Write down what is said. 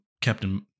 Captain